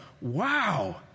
wow